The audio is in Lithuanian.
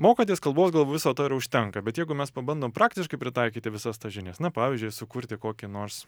mokatis kalbos gal viso to ir užtenka bet jeigu mes pabandom praktiškai pritaikyti visas tas žinias na pavyzdžiui sukurti kokį nors